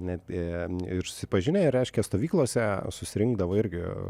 ne apie ir susipažinę ir reiškia stovyklose susirinkdavo irgi